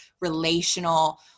relational